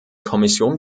kommission